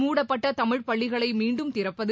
மூடப்பட்ட தமிழ் பள்ளிகளை மீண்டும் திறப்பது